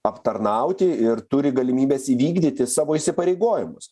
aptarnauti ir turi galimybes įvykdyti savo įsipareigojimus